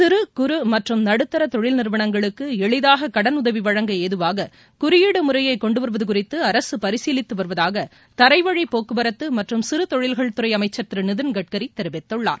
சிறு குறு மற்றம் நடுத்தர தொழில் நிறுவனங்களுக்கு எளிதாக கடன் உதவி வழங்க ஏதுவாக குறியீடு முறையை கொண்டுவருவது குறித்து அரசு பரிசீலித்து வருவதாக தரைவழிப் போக்குவரத்து மற்றும் சிறுதொழில்கள் துறை அமைச்சர் திரு நிதின்கட்கரி தெரிவித்தள்ளார்